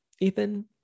Ethan